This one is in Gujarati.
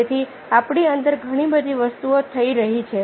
તેથી આપણી અંદર ઘણી બધી વસ્તુઓ થઈ રહી છે